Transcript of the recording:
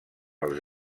els